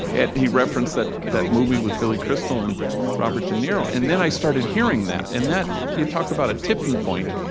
and he referenced that that movie with billy crystal and robert de niro. and then i started hearing that, and you talk about a tipping point,